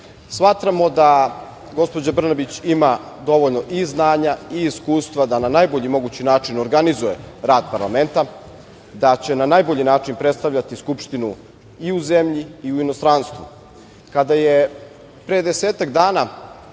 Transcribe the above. Srbije. Smatramo da gospođa Brnabić ima dovoljno i znanja i iskustva da na najbolji mogući način organizuje rad parlamenta, da će na najbolji način predstavljati Skupštinu i u zemlji i u inostranstvu. Kada je pre desetak dana